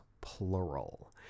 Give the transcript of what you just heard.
plural